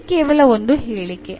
ಇಲ್ಲಿ ಕೇವಲ ಒಂದು ಹೇಳಿಕೆ